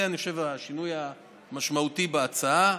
אני חושב שזה השינוי המשמעותי בהצעה.